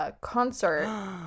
concert